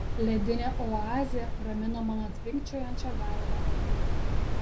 ledinė oazė ramino mano tvinkčiojančią galvą